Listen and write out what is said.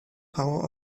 power